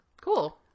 Cool